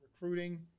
recruiting